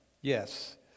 Yes